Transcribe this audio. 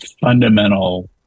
fundamental